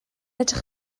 edrych